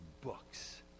books